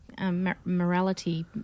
morality